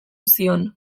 zion